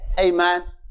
Amen